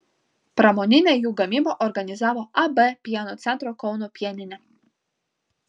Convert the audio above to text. pramoninę jų gamybą organizavo ab pieno centro kauno pieninė